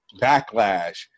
backlash